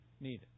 needed